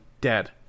dead